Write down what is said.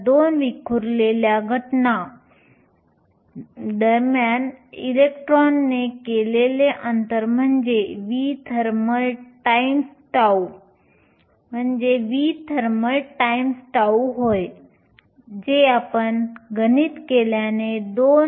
तर दोन विखुरलेल्या घटना दरम्यान इलेक्ट्रॉनने केलेले अंतर म्हणजे v थर्मल टाइम्स टाऊ होय जे आपण गणित केल्याने 2